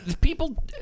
people